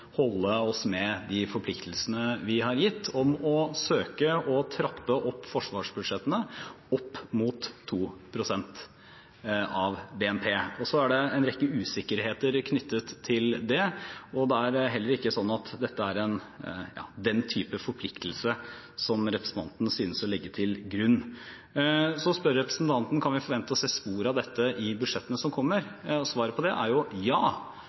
holde oss til de forpliktelsene vi er gitt, om å søke å trappe opp forsvarsbudsjettene opp mot 2 pst. av BNP. Så er det en rekke usikkerheter knyttet til det. Det er heller ikke sånn at dette er den type forpliktelse som representanten synes å legge til grunn. Så spør representanten: Kan vi forvente å se spor av dette i budsjettene som kommer? Svaret på det er ja, for det er jo